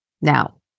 Now